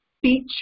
Speech